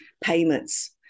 payments